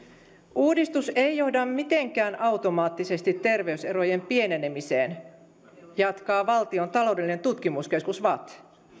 uudistus ei johda mitenkään automaattisesti terveyserojen pienenemiseen jatkaa valtion taloudellinen tutkimuskeskus vatt